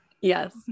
yes